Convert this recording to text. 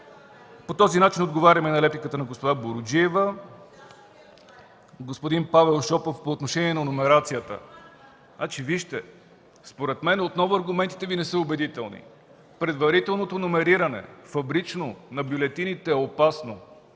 По този начин отговарям и на госпожа Буруджиева. Господин Павел Шопов – по отношение на номерацията. Вижте, според мен, отново аргументите Ви не са убедителни. Предварителното фабрично номериране на бюлетините е опасно,